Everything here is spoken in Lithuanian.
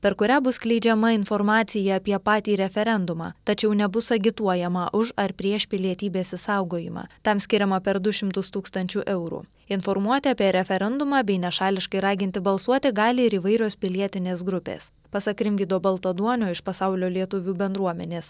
per kurią bus skleidžiama informacija apie patį referendumą tačiau nebus agituojama už ar prieš pilietybės išsaugojimą tam skiriama per du šimtus tūkstančių eurų informuoti apie referendumą bei nešališkai raginti balsuoti gali ir įvairios pilietinės grupės pasak rimvydo baltaduonio iš pasaulio lietuvių bendruomenės